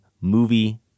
movie